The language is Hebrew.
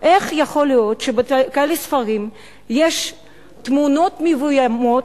במיוחד איך יכול להיות שבכאלה ספרים יש תמונות מבוימות,